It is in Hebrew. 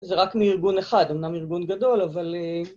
זה רק מארגון אחד, אמנם ארגון גדול, אבל...